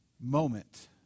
moment